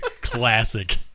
classic